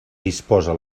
disposa